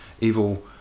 evil